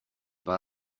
pas